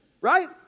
Right